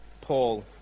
Paul